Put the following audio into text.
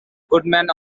goodman